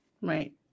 Right